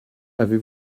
avez